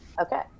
Okay